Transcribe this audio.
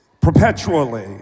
perpetually